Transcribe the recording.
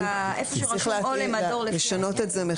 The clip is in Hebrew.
צריך לשנות את זה.